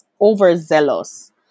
overzealous